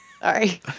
sorry